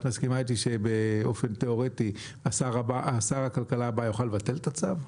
את מסכימה איתי שבאופן תיאורטי שר הכלכלה הבא יוכל לבטל את הצו,